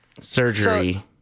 Surgery